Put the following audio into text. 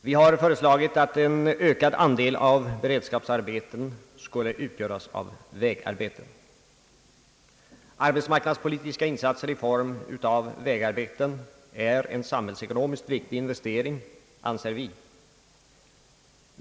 Vi har föreslagit att en ökad andel av beredskapsarbeten skulle utgöras av vägarbeten. Arbetsmarknadspolitiska insatser i form av vägarbeten är en samhällsekonomiskt viktig investering, anser vi.